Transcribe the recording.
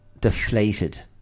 deflated